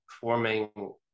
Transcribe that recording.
forming